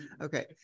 Okay